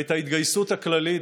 ואת ההתגייסות הכללית.